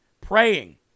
Praying